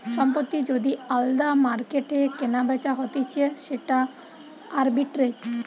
সম্পত্তি যদি আলদা মার্কেটে কেনাবেচা হতিছে সেটা আরবিট্রেজ